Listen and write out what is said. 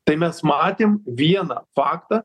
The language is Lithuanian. tai mes matėm vieną faktą